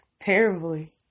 terribly